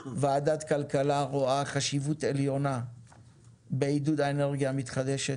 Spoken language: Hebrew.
ועדת הכלכלה רואה חשיבות עליונה בעידוד האנרגיה המתחדשת,